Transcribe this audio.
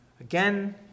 Again